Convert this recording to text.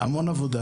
עבודה